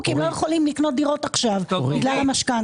כי הם לא יכולים לקנות דירות עכשיו בגלל המשכנתא.